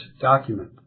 document